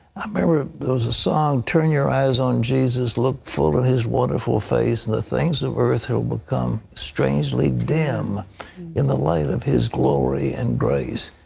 i remember there was a song turn your eyes on jesus, look full at his wonderful face, and the things of earth will become strangerly dim in the light of his glory and grace.